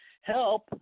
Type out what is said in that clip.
help